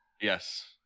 yes